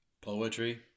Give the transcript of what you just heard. Poetry